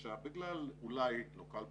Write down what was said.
קשה בגלל אולי לוקאל פטריוטיות,